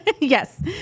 Yes